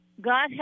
God